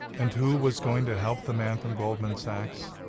and who was going to help the man from goldman sachs?